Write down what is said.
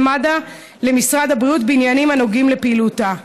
מד"א למשרד הבריאות בעניינים הנוגעים לפעילותו.